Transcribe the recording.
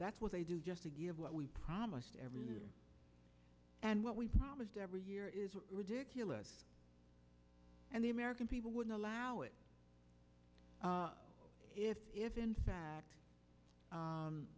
that's what they do just what we promised every year and what we promised every year is ridiculous and the american people wouldn't allow it if if in fact